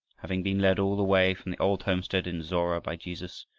having been led all the way from the old homestead in zorra by jesus,